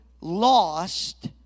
lost